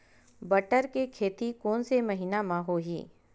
बटर के खेती कोन से महिना म होही?